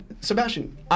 Sebastian